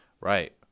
Right